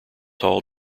hall